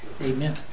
Amen